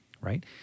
Right